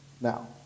Now